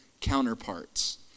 counterparts